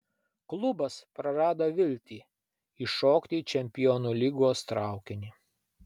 klubas prarado viltį įšokti į čempionų lygos traukinį